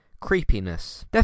creepiness